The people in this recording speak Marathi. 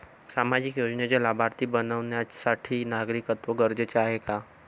सामाजिक योजनेचे लाभार्थी बनण्यासाठी नागरिकत्व गरजेचे आहे का?